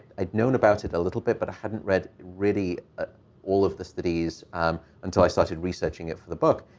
i'd known about it little bit, but i hadn't read really all of the studies until i started researching it for the book.